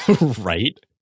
Right